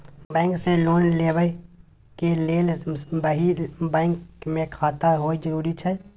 Bank से loan लेबै के लेल वही बैंक मे खाता होय जरुरी छै?